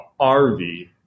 RV